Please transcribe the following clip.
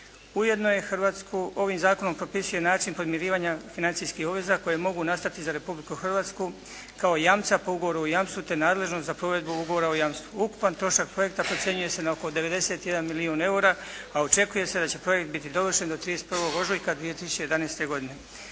Ujedno je Hrvatsku, ovim zakonom propisuje način podmirivanja financijskih obveza koje mogu nastati za Republiku Hrvatsku kao jamca po ugovoru o jamstvu, te nadležnost za provedbu ugovora o jamstvu. Ukupan trošak projekta procjenjuje se na oko 91 milijun eura, a očekuje se da će projekt biti dovršen do 31. ožujka 2011. godine.